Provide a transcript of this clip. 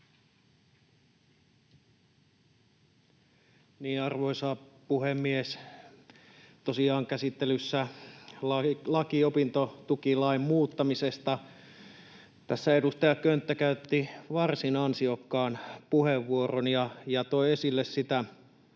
Arvoisa puhemies! Tosiaan käsittelyssä on laki opintotukilain muuttamisesta. Tässä edustaja Könttä käytti varsin ansiokkaan puheenvuoron ja toi esille sitä